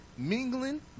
Mingling